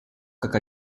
как